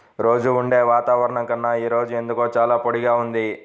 రోజూ ఉండే వాతావరణం కన్నా ఈ రోజు ఎందుకో చాలా పొడిగా ఉంది